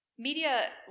Media